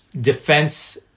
defense